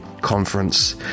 conference